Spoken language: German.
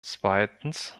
zweitens